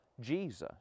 Jesus